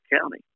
County